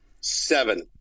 Seven